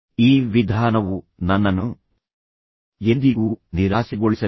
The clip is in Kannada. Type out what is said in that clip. ಈ ವಿಧಾನವು ನನ್ನನ್ನು ಎಂದಿಗೂ ನಿರಾಸೆಗೊಳಿಸಲಿಲ್ಲ